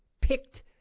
picked